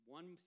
One